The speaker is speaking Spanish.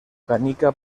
canica